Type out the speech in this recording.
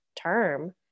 term